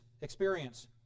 experience